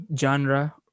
genre